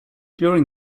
during